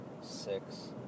six